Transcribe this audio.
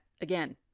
again